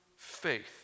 Faith